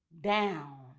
down